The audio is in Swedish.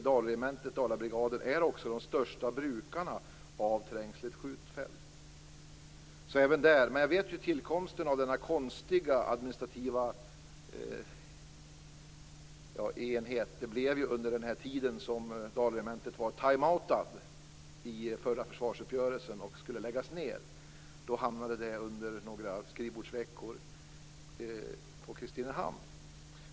Dalregementet och Dalabrigaden är också de flitigaste brukarna av Jag vet ju tillkomsten av denna konstiga administrativa enhet. Det blev ju så under den tid det var timeout för Dalregementet, i förra försvarsuppgörelsen, och det skulle läggas ned. Då hamnade det under några skrivbordsveckor under Kristinehamn.